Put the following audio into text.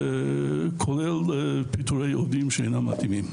כולל פיטורי עובדים שאינם מתאימים.